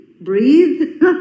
breathe